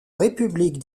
république